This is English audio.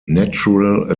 natural